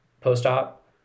Post-op